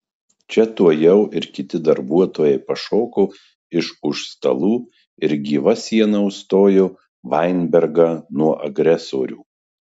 čia tuojau ir kiti darbuotojai pašoko iš už stalų ir gyva siena užstojo vainbergą nuo agresorių